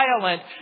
violent